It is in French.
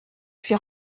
puis